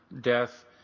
death